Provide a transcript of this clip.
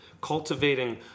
cultivating